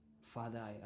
Father